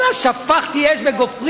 אבל אז שפכתי אש וגופרית,